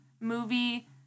movie